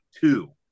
two